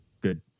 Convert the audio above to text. good